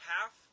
half